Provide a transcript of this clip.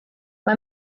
mae